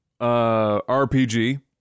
RPG